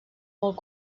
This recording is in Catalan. molt